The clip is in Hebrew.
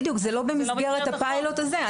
בדיוק, זה לא במסגרת הפיילוט הזה.